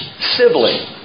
sibling